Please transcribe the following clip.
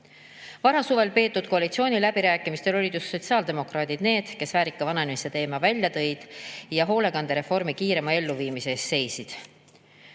Varasuvel peetud koalitsiooniläbirääkimistel olid just sotsiaaldemokraadid need, kes väärika vananemise teema välja tõid ja hoolekandereformi kiirema elluviimise eest seisid.